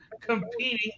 competing